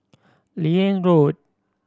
Liane Road